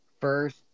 first